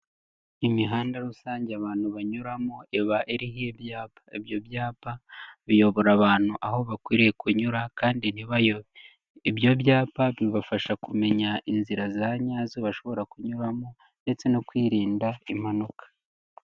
Imihanda rusange abantu banyuramo, iba ariho ibyapa, ibyo byapa biyobora abantu aho bakwiriye kunyura, kandi ntibayobe, ibyo byapa bibafasha kumenya inzira za nyazo bashobora kunyuramo ndetse no kwirinda impanuka.